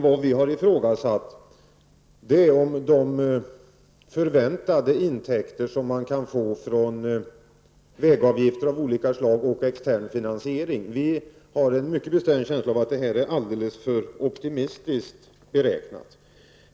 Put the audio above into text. Vad vi har ifrågasatt är de intäkter som man förväntar sig få från vägavgifter av olika slag och extern finansiering. Vi har en bestämd känsla av att det är alldeles för optimistiskt beräknat.